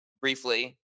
briefly